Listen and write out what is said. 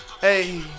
hey